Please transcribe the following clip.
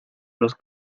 los